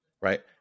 right